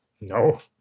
No